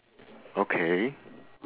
okay